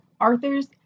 Arthur's